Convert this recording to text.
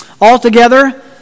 Altogether